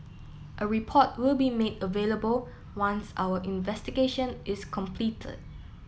a report will be made available once our investigation is completed